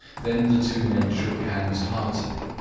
then the two men shook hands heartily,